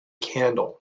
candle